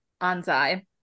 Anzai